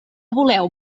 voleu